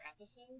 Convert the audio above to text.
episode